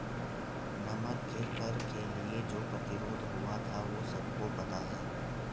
नमक के कर के लिए जो प्रतिरोध हुआ था वो सबको पता है